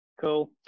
Cool